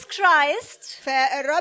Christ